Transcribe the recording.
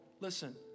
listen